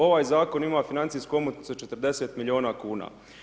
Ovaj zakon ima financijsku omotnicu od 40 milijuna kuna.